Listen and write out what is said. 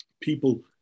people